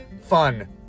fun